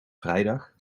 vrijdag